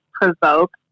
provoke